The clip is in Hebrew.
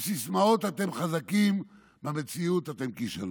בסיסמאות אתם חזקים, במציאות אתם כישלון.